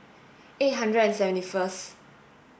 eight hundred and seventy first